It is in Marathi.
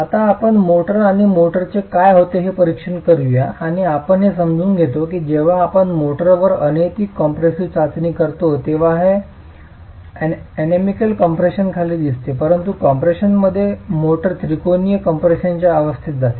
आता आपण मोर्टार आणि मोर्टारचे काय होते ते परीक्षण करूया आणि आपण हे समजून घेतो की जेव्हा आपण मोर्टारवर अनैतिक कॉम्प्रेसिव्ह चाचणी करतो तेव्हा ते अनैमिकल कम्प्रेशनखाली असते परंतु कॉम्प्रेशनमध्ये मोर्टार त्रिकोणीय कम्प्रेशनच्या अवस्थेत जाते